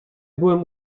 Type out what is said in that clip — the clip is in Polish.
byłem